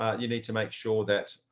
ah you need to make sure that,